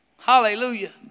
hallelujah